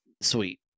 Sweet